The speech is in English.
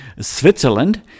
Switzerland